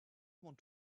want